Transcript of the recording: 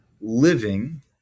living